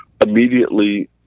immediately